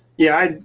yeah,